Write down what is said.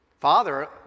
Father